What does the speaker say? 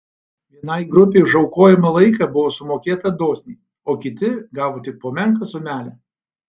vienai grupei už aukojamą laiką buvo sumokėta dosniai o kiti gavo tik po menką sumelę